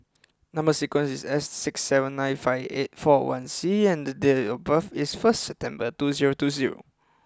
number sequence is S six seven nine five eight four one C and the date of birth is first September two zero two zero